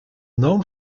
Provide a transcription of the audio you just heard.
known